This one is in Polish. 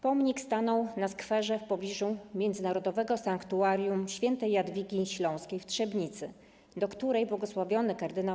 Pomnik stanął na skwerze w pobliżu Międzynarodowego Sanktuarium Świętej Jadwigi Śląskiej w Trzebnicy, do której bł. kard.